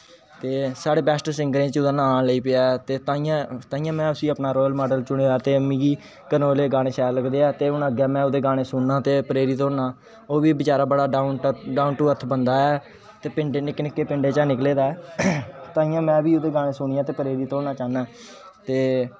ते सारे best singer च ओहदा नां लेई पेआ ते ताइये में उसी अपना रौल माॅडल चुनया ते मिगी करण ओझले दे गाने शैल लगदे ते हून अग्गे सुनना ते प्रेरित होना ओ वी बचारा बडा डाॅउन टू अर्थ बंदा ऐ ते पिंड निक्के निक्के पिडे च निकलदे ऐ ताइये में बी ओहदे गाने सुनिये प्रेरित होना ते